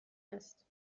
است